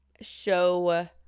show